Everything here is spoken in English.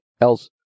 else